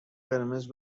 قرمز